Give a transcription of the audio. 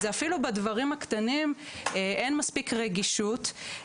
אז אפילו בדברים הקטנים אין מספיק רגישות.